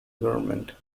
government